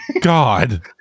God